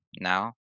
now